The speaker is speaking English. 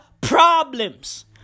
problems